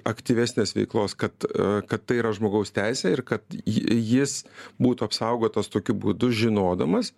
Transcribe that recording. aktyvesnės veiklos kad kad tai yra žmogaus teisė ir kad ji jis būtų apsaugotas tokiu būdu žinodamas